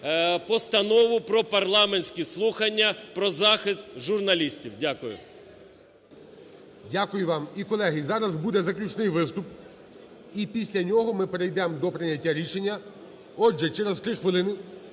постанову про парламентські слухання про захист журналістів. Дякую. ГОЛОВУЮЧИЙ. Дякую вам. І, колеги, зараз буде заключний виступ, і після нього ми перейдемо до прийняття рішення. Отже, через 3 хвилини